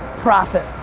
profit.